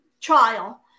trial